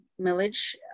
millage